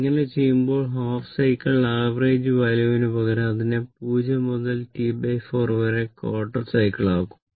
ഇങ്ങിനെ ചെയ്യുമ്പോൾ half cycle average വാല്യൂവിനു പകരം അതിനെ 0 മുതൽ T 4 വരെ ക്വാർട്ടർ സൈക്കിളാക്കും